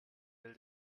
will